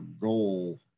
goal